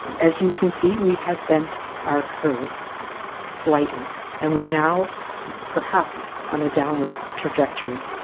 as you can see, we have bent our curve slightly and we're now perhaps on a downward trajectory